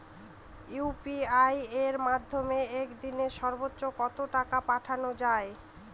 UPI এর মাধ্যমে এক দিনে সর্বচ্চ কত টাকা পাঠানো যায়?